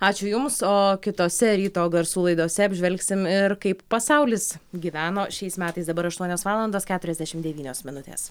ačiū jums o kitose ryto garsų laidose apžvelgsim ir kaip pasaulis gyveno šiais metais dabar aštuonios valandos keturiasdešim devynios minutės